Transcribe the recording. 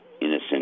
innocent